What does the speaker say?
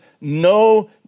no